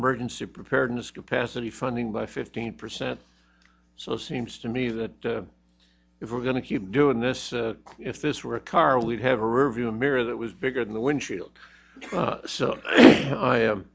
emergency preparedness capacity funding by fifteen percent so seems to me that if we're going to keep doing this if this were a car we'd have a rear view mirror that was bigger than the windshield so i am